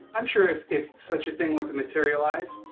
i'm sure if if such a thing would materialise,